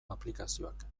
aplikazioak